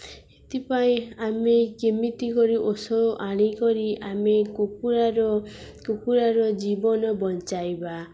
ସେଥିପାଇଁ ଆମେ କେମିତି କରି ଔଷଧ ଆଣିକରି ଆମେ କୁକୁଡ଼ାର କୁକୁଡ଼ାର ଜୀବନ ବଞ୍ଚାଇବା